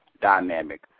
dynamic